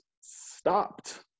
stopped